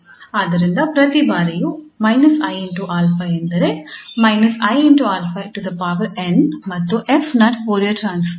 ಆದ್ದರಿಂದ ಪ್ರತಿ ಬಾರಿಯೂ −𝑖𝛼 ಅಂದರೆ −𝑖𝛼𝑛 ಮತ್ತು 𝑓 ನ ಫೋರಿಯರ್ ಟ್ರಾನ್ಸ್ಫಾರ್ಮ್